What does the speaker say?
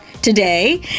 Today